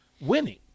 winning